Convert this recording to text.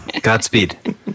Godspeed